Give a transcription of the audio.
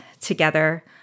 together